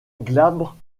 glabre